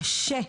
קשה,